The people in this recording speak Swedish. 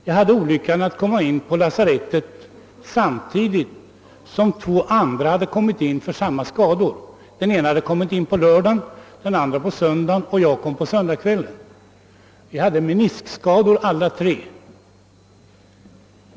Jag hade olyckan att komma in på lasarettet samtidigt som två andra kommit in för samma sorts skada; den ena hade kommit in på lördagen och den andra på söndagen, och jag kom på söndagskvällen. Vi hade meniskskador alla tre.